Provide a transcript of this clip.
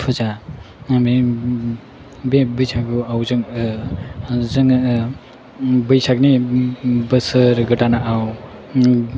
फुजा बे बैसागुआव जोङो बोसोर गोदानआव